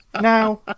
Now